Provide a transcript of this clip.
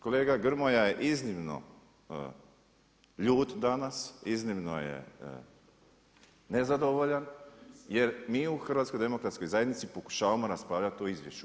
Kolega Grmoja je iznimno ljut danas, iznimno je nezadovoljan jer mi u HDZ-u pokušavamo raspravljati o izvješću.